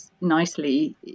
nicely